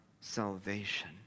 salvation